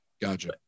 Gotcha